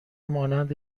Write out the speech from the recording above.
مانند